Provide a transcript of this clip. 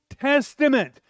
testament